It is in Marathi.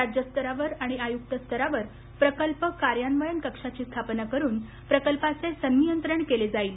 राज्यस्तरावर आणि आयुक्त स्तरावर प्रकल्प कार्यान्वयन कक्षाची स्थापना करून प्रकल्पाचे संनियंत्रण केले जाईल